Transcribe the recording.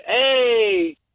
Hey